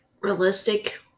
Realistic